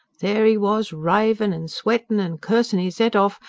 there he was, ravin' and sweatin' and cursin' his head off,